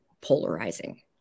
polarizing